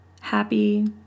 happy